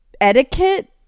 etiquette